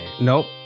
nope